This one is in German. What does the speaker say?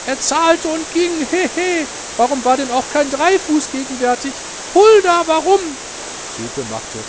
er zahlte und ging hehehe warum war auch kein dreifuß gegenwärtig hulda warum stilpe machte